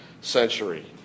century